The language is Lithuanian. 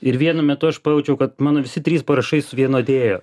ir vienu metu aš pajaučiau kad mano visi trys parašai suvienodėjo